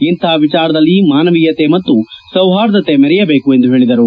ಇಂತಹ ವಿಚಾರದಲ್ಲಿ ಮಾನವೀಯತೆ ಮತ್ತು ಸೌರ್ಹದತೆ ಮೆರಯದೇಕು ಎಂದು ಹೇಳಿದರು